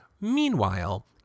Meanwhile